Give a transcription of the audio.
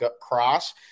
cross